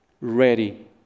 ready